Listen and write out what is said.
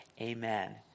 Amen